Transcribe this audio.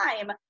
time